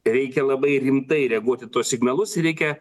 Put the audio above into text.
reikia labai rimtai reaguot į tuos signalus ir reikia